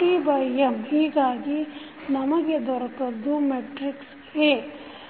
TfM ಹೀಗಾಗಿ ನಮಗೆ ದೊರೆತದ್ದು ಮೆಟ್ರಿಕ್ಸ A